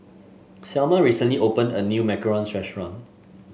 Selma recently opened a new macarons restaurant